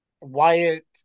Wyatt